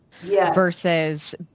versus